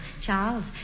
Charles